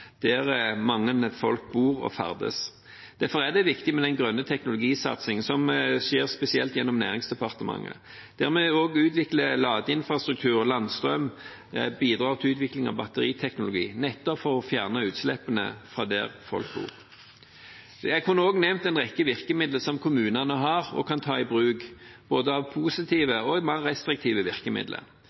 der mange folk bor og ferdes. Derfor er det viktig med den grønne teknologisatsingen, som skjer spesielt gjennom Næringsdepartementet, der vi også utvikler ladeinfrastruktur, landstrøm, og bidrar til utvikling av batteriteknologi nettopp for å fjerne utslippene fra der folk bor. Jeg kunne også nevnt en rekke virkemidler som kommunene har og kan ta i bruk, både av positive og mer restriktive virkemidler.